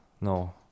no